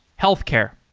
healthcare.